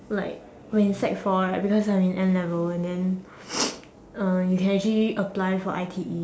like when sec four right because I'm in N-level and then uh you can actually apply for I_T_E